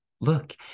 look